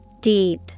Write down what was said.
Deep